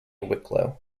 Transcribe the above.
wicklow